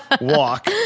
walk